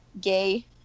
gay